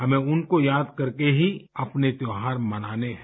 हमें उनको याद करके ही अपने त्यौहार मनाने हैं